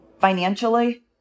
Financially